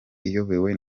iyobowe